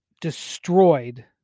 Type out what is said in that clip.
destroyed